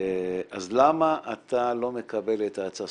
אז למה אתה לא מקבל את ההצעה?